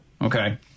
Okay